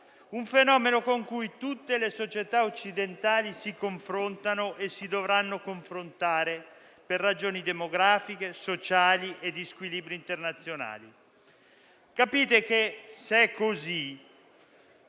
un fenomeno con cui tutte le società occidentali si confrontano e si dovranno confrontare per ragioni demografiche, sociali e di squilibri internazionali. Se è così,